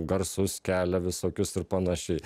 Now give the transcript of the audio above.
garsus kelia visokius ir panašiai